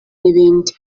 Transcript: n’ibindi